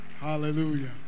Hallelujah